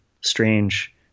strange